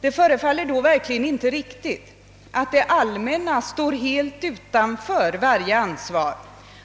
Det förefaller då verkligen inte riktigt att det allmänna står helt utanför varje ansvar